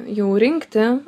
jau rinkti